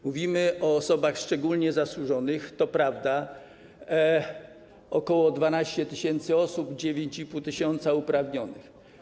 Mówimy o osobach szczególnie zasłużonych, to prawda, ok. 12 tys. osób, 9,5 tys. uprawnionych.